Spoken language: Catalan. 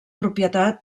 propietat